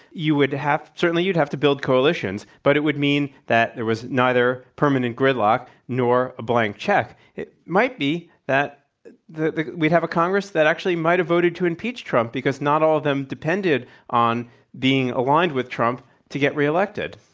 you would have certainly you'd have to build coalitions, but it would mean that there was neither permanent gridlock nor a blank check. it might be that we have a congress that actually might've voted to impeach trump because not all of them depended on being aligned with trump to get reelected.